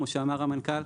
כמו שאמר המנכ"ל,